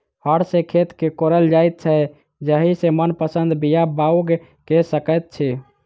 हर सॅ खेत के कोड़ल जाइत छै जाहि सॅ मनपसंद बीया बाउग क सकैत छी